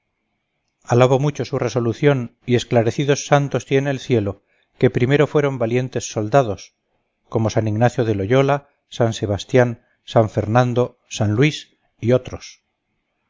iglesia alabo mucho su resolución y esclarecidos santos tiene el cielo que primero fueron valientes soldados como san ignacio de loyola san sebastián san fernando san luis y otros